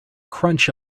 crunch